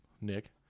Nick